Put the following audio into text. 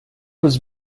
was